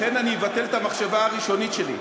לכן אני אבטל את המחשבה הראשונית שלי.